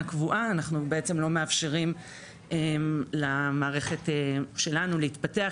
קבועה אנחנו בעצם לא מאפשרים למערכת שלנו להתפתח,